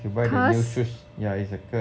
if you buy the new shoes yeah it's a curse